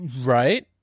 right